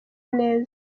neza